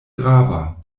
grava